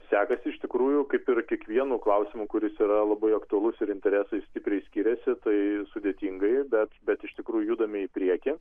sekasi iš tikrųjų kaip ir kiekvienu klausimu kuris yra labai aktualus ir interesai stipriai skiriasi tai sudėtingai bet bet iš tikrųjų judame į priekį